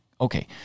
okay